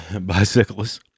bicyclists